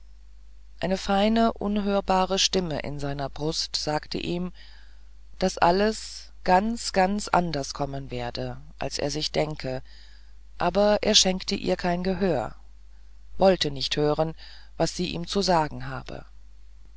eine feine unhörbare stimme in seiner brust sagte ihm daß alles ganz ganz anders kommen werde als er sich denke aber er schenkte ihr kein gehör wollte nicht hören was sie ihm zu sagen habe